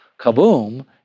kaboom